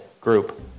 group